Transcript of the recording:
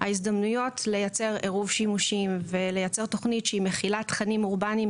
ההזדמנויות לייצר עירוב שימושים ולייצר תוכנית שהיא מכילה תכנים אורבניים